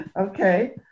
okay